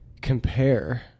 compare